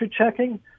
checking